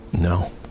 No